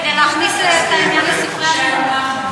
כדי להכניס את העניין לספרי הלימוד.